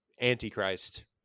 Antichrist